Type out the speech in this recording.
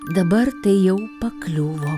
dabar tai jau pakliūvom